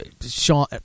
Sean